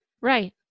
Right